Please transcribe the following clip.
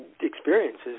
experiences